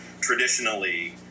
traditionally